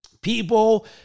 people